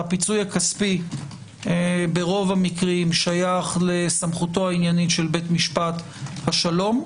הפיצוי הכספי ברוב המקרים שייך לסמכותו העניינית של בית משפט השלום,